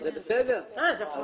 אז אנחנו מסכימים.